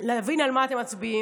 להבין על מה אתם מצביעים.